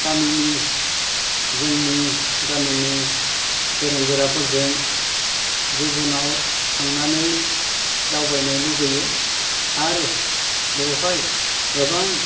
गामिनि जोंनि गामिनि गोरों गोराफोरजों गुबुनाव थांनानै दावबायनो लुबैयै आरो बेवहाय गोबां